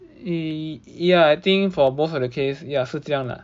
ya ya I think for most of the case ya 是这样啦